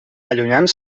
allunyant